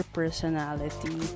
personality